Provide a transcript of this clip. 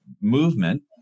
movement